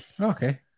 Okay